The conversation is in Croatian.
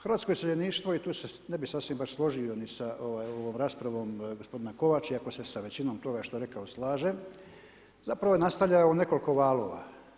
Hrvatsko iseljeništvo i tu se ne bi sasvim baš složio ni sa ovom raspravom gospodina Kovača, iako se sa većinom toga što je rekao slažem, zapravo je nastajao u nekoliko valova.